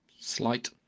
slight